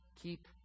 Keep